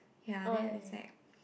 ya then it's like